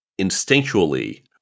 instinctually